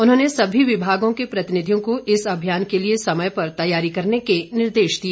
उन्होंने सभी विभागों के प्रतिनिधियों को इस अभियान के लिए समय पर तैयारी करने के निर्देश दिए